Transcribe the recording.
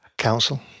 Council